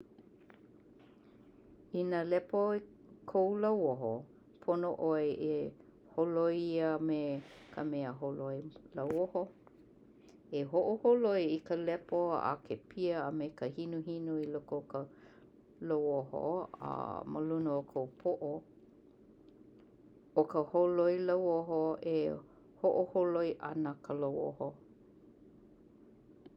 Ina lepo i kou lauoho, pono 'oe e holoi ia me ka mea holoi lauoho. E ho'oholoi i ka lepo a kēpia a me ka hinuhinu o ka lauoho a maluna o kou po'o. O ka holoi lauoho, e ho'oholoi 'ana ka lauoho.